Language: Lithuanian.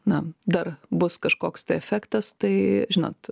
na dar bus kažkoks tai efektas tai žinot